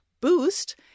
boost